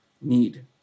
need